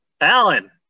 Alan